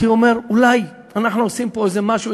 הייתי אומר: אולי אנחנו עושים פה איזה משהו,